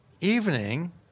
evening